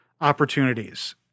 opportunities